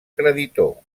creditor